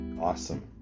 Awesome